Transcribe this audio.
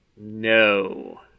No